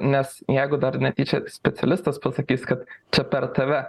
nes jeigu dar netyčia specialistas pasakys kad čia per tave